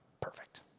perfect